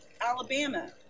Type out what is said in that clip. Alabama